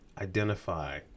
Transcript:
identify